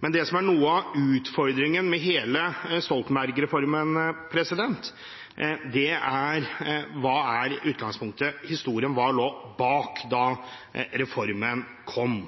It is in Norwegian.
men noe av utfordringen med hele Stoltenberg-reformen er: Hva er i utgangspunktet historien – hva lå bak da reformen kom?